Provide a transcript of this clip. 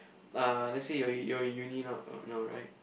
uh lets say you're in you're in uni now now now right